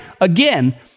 again